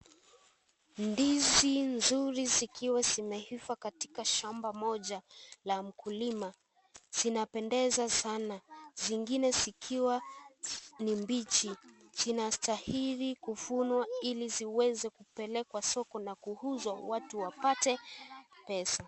Ndizi nzuri zikiwa zimeiva katika shamba moja la mkulima. Zinapendeza sana, zingine zikiwa ni mbichi. Zinastahili kuvunwa, ili ziweze kupelekwa soko na kuuzwa watu wapate pesa.